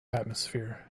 atmosphere